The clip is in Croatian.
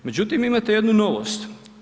Međutim, imate jednu novost.